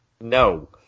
No